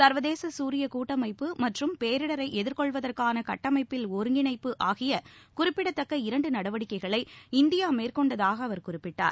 ச்வதேச சூரிய கூட்டமைப்பு மற்றும் பேரிடரை எதிர்கொள்வதற்கான கட்டமைப்பில் ஒருங்கிணைப்பு ஆகிய குறிப்பிடத்தக்க இரண்டு நடவடிக்கைகளை இந்தியா மேற்கொண்டதாக அவர் குறிப்பிட்டார்